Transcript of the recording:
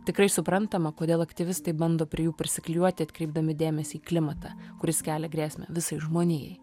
tikrai suprantama kodėl aktyvistai bando prie jų prisiklijuoti atkreipdami dėmesį į klimatą kuris kelia grėsmę visai žmonijai